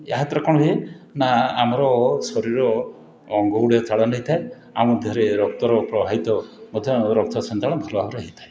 ଏହାଦ୍ୱାରା କ'ଣ ହୁଏ ନାଁ ଆମର ଶରୀର ଅଙ୍ଗଗୁଡ଼ା ଚାଳନ ହେଇଥାଏ ଆମ ଦେହରେ ରକ୍ତର ପ୍ରବାହିତ ମଧ୍ୟ ରକ୍ତ ସଞ୍ଚାଳନ ଭଲ ଭାବରେ ହେଇଥାଏ